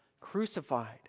crucified